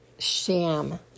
Sham